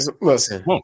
listen